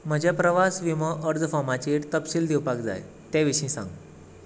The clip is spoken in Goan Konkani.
म्हज्या प्रवास विमो अर्ज फॉर्माचेर तपशील दिवपाक जाय ते विशीं सांग